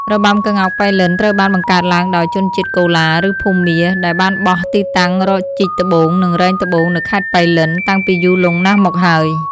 របាំក្ងោកប៉ៃលិន ត្រូវបានបង្កើតឡើងដោយ ជនជាតិកូឡា ឬភូមា ដែលបានបោះទីតាំងរកជីកត្បូង និងរែងត្បូង នៅខេត្តប៉ៃលិន តាំងពីយូរលង់ណាស់មកហើយ។